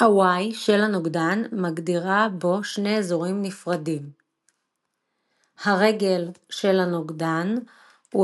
ה-Y של הנוגדן מגדירה בו שני אזורים נפרדים ה"רגל" של הנוגדן הוא